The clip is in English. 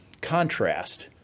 contrast